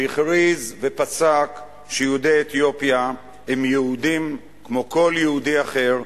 שהכריז ופסק שיהודי אתיופיה הם יהודים כמו כל יהודי אחר,